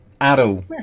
adult